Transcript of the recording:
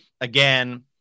again